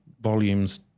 volumes